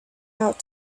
out